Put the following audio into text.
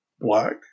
black